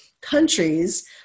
countries